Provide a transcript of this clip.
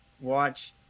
watch